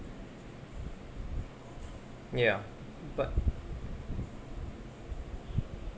ya but